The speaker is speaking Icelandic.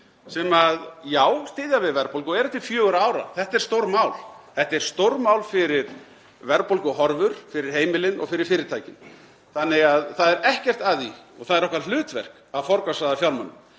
sem já, styðja við verðbólgumarkmið og eru til fjögurra ára. Þetta er stórmál. Þetta er stórmál fyrir verðbólguhorfur, fyrir heimilin og fyrir fyrirtækin þannig að það er ekkert að því og það er okkar hlutverk að forgangsraða fjármunum.